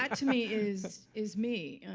like to me is is me.